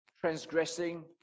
transgressing